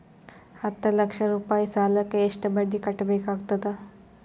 ಹತ್ತ ಲಕ್ಷ ರೂಪಾಯಿ ಸಾಲಕ್ಕ ಎಷ್ಟ ಬಡ್ಡಿ ಕಟ್ಟಬೇಕಾಗತದ?